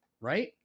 right